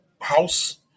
house